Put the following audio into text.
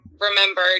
remember